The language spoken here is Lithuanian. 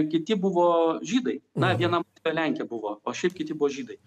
kiti buvo žydai na viena lenkė buvo o šiaip kiti buvo žydai